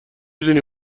دونی